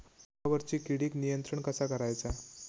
पिकावरची किडीक नियंत्रण कसा करायचा?